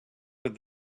with